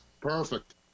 Perfect